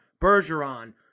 Bergeron